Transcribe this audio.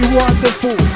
wonderful